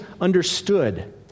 understood